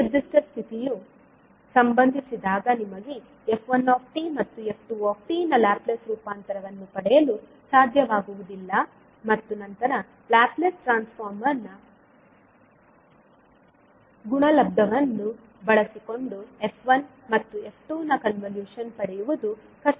ಈ ನಿರ್ದಿಷ್ಟ ಸ್ಥಿತಿಯು ಸಂಭವಿಸಿದಾಗ ನಿಮಗೆ f1 ಮತ್ತು f2 ನ ಲ್ಯಾಪ್ಲೇಸ್ ರೂಪಾಂತರವನ್ನು ಪಡೆಯಲು ಸಾಧ್ಯವಾಗುವುದಿಲ್ಲ ಮತ್ತು ನಂತರ ಲ್ಯಾಪ್ಲೇಸ್ ಟ್ರಾನ್ಸ್ಫಾರ್ಮ್ ಗುಣಲಬ್ಧವನ್ನು ಬಳಸಿಕೊಂಡು f1 ಮತ್ತು f2 ನ ಕನ್ವಲೂಶನ್ ಪಡೆಯುವುದು ಕಷ್ಟವಾಗುತ್ತದೆ